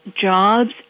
jobs